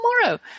tomorrow